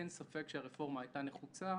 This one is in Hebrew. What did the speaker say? אין ספק שהרפורמה הייתה נחוצה.